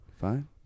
fine